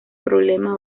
problema